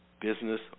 Business